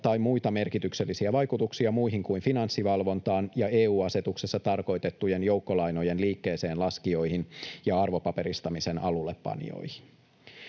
tai muita merkityksellisiä vaikutuksia muihin kuin Finanssivalvontaan ja EU-asetuksessa tarkoitettujen joukkolainojen liikkeeseenlaskijoihin ja arvopaperistamisen alullepanijoihin.